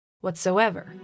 whatsoever